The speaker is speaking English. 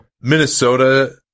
Minnesota